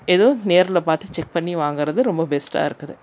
எதுவும் நேரில் பார்த்து செக் பண்ணி வாங்குறது ரொம்ப பெஸ்ட்டாக இருக்குது